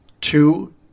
Two